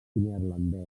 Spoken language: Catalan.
neerlandès